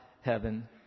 heaven